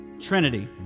Trinity